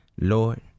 Lord